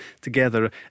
together